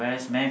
uh